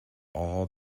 all